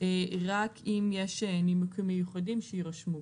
רק אם יש נימוקים מיוחדים שיירשמו.